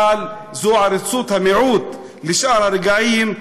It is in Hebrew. אבל זו עריצות המיעוט לשאר הרגעים,